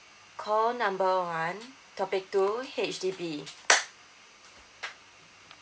call number one topic two H_D_B